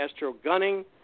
astrogunning